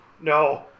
No